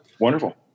Wonderful